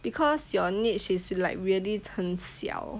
because your niche is like really 很小